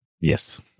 Yes